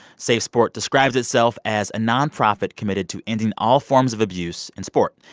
safesport describes itself as a nonprofit committed to ending all forms of abuse in sport.